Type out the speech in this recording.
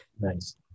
Nice